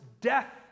death